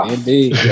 Indeed